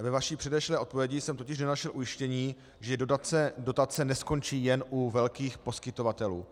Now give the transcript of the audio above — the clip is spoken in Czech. Ve vaší předešlé odpovědi jsem totiž nenašel ujištění, že dotace neskončí jen u velkých poskytovatelů.